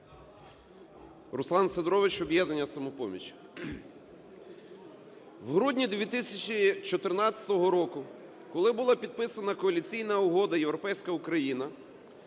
Руслан Сидорович, "Об'єднання "Самопоміч". В грудні 2014 року, коли була підписана Коаліційна угода "Європейська Україна",